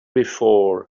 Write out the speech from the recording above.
before